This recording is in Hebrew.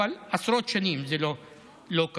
אבל עשרות שנים זה לא קרה.